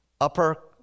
upper